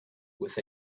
with